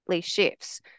shifts